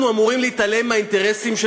אנחנו אמורים להתעלם מהאינטרסים של